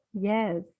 Yes